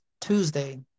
Tuesday